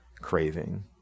craving